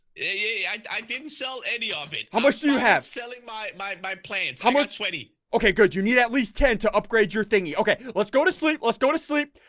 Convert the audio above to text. yeah? i didn't sell any of it. how much do you have selling my my plane? how much twenty okay? good you need at least ten to upgrade your thingy okay? let's go to sleep. let's go to sleep.